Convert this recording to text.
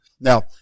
Now